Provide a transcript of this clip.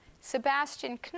Sebastian